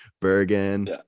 bergen